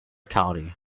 county